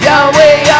Yahweh